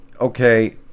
okay